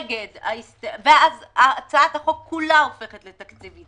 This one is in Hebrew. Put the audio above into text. ואז הצעת החוק כולה הופכת לתקציבית.